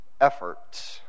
efforts